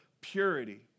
purity